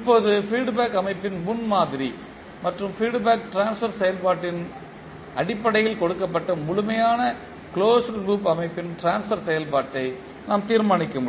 இப்போது feedback அமைப்பின் முன்மாதிரி மற்றும் ஃபீட் பேக் ட்ரான்ஸ்பர் செயல்பாட்டின் அடிப்படையில் கொடுக்கப்பட்ட முழுமையான கிளோஸ்ட் லூப் அமைப்பின் ட்ரான்ஸ்பர் செயல்பாட்டை நாம் தீர்மானிக்க